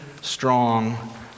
strong